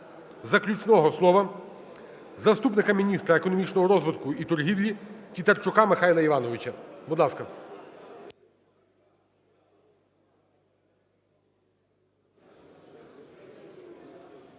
заключного слова заступника міністра економічного розвитку і торгівлі Тітарчука Михайла Івановича. Будь ласка.